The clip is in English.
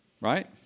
Right